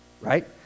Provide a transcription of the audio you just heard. right